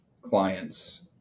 clients